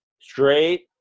straight